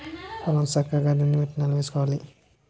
పొలం సక్కగా దున్ని విత్తనాలు వేసుకోవాలి